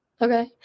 okay